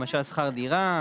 למשל שכר דירה,